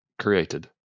created